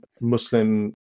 Muslim